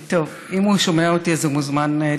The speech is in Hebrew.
טוב, אם הוא שומע אותי, אז הוא מוזמן להיכנס.